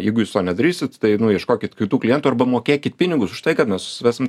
jeigu jūs to nedarysit tai nu ieškokit kitų klientų arba mokėkit pinigus už tai kad mes susivesim